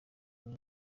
uwo